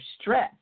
stress